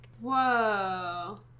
Whoa